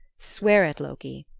swear it, loki,